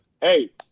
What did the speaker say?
Hey